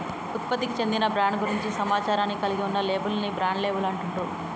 ఉత్పత్తికి చెందిన బ్రాండ్ గురించి సమాచారాన్ని కలిగి ఉన్న లేబుల్ ని బ్రాండ్ లేబుల్ అంటుండ్రు